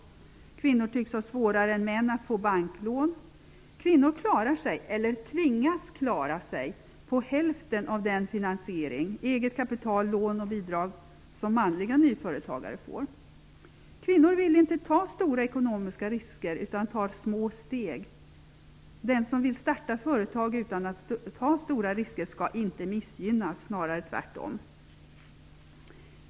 Kvinnor tycks ha svårare än män att få banklån. Kvinnor klarar sig, eller tvingas klara sig, på hälften av den finansiering -- eget kapital, lån och bidrag -- Kvinnor vill inte ta stora ekonomiska risker utan tar små steg. Den som vill starta företag utan att ta stora risker skall inte missgynnas -- snarare tvärtom!